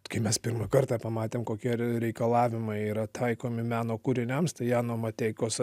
kai mes pirmą kartą pamatėm kokie reikalavimai yra taikomi meno kūriniams tai jano mateikos